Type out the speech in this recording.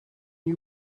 you